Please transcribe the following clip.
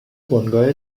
بنگاه